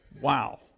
Wow